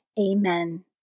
Amen